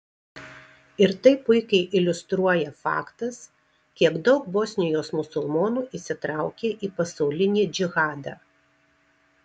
ir tai puikiai iliustruoja faktas kiek daug bosnijos musulmonų įsitraukė į pasaulinį džihadą